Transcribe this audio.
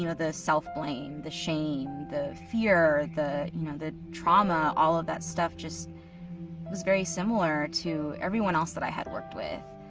you know the self-blame, the shame, the fear, the, you know, the trauma. all of that stuff just was very similar to everyone else that i had worked with,